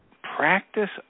practice